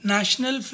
National